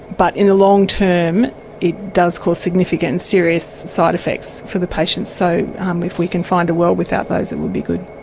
but in the long term it does cause significant serious side effects for the patient, so um if we can find a world without those, it would be good.